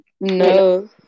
No